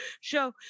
show